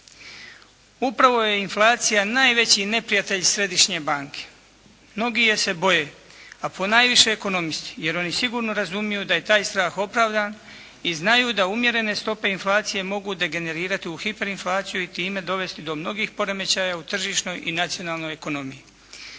Upravo je inflacija najveći neprijatelj središnje banke, mnogi je se boje, a ponajviše ekonomisti jer oni sigurno razumiju da je taj strah opravdan i znaju da umjerene stope inflacije mogu degenerirati u hiperinflaciju i time dovesti do mnogih poremećaja u tržišnoj i nacionalnoj ekonomiji.